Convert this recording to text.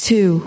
Two